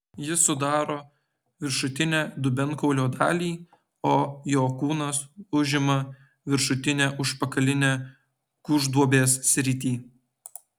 jis sudaro viršutinę dubenkaulio dalį o jo kūnas užima viršutinę užpakalinę gūžduobės sritį